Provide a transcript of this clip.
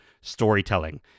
Storytelling